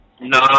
No